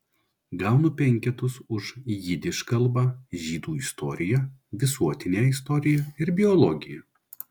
gaunu penketus už jidiš kalbą žydų istoriją visuotinę istoriją ir biologiją